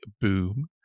boom